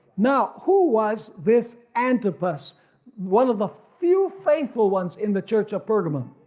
now who was this antipas one of the few faithful ones in the church of pergamum.